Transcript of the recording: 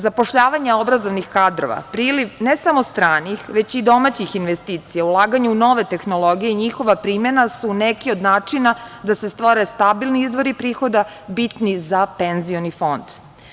Zapošljavanje obrazovnih kadrova, priliv ne samo stranih, već i domaćih investicija, ulaganje u nove tehnologije i njihova primena su neki od načina da se stvore stabilni izvori prihoda, bitni za penzioni fond.